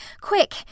quick